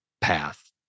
path